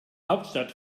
hauptstadt